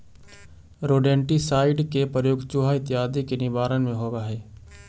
rodenticide के प्रयोग चुहा इत्यादि के निवारण में होवऽ हई